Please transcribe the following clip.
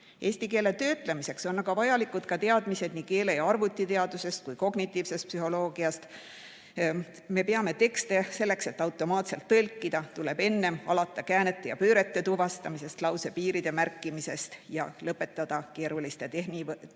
Eesti keele töötlemiseks on vajalikud ka teadmised nii keele- ja arvutiteadusest kui ka kognitiivsest psühholoogiast. Selleks et tekste automaatselt tõlkida, tuleb enne alata käänete ja pöörete tuvastamisest, lausepiiride märkimisest ja lõpetada keeruliste tehisnärvivõrkude